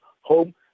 home